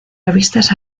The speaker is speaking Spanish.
revistas